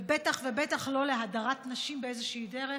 ובטח ובטח לא להדרת נשים באיזושהי דרך,